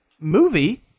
movie